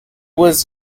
was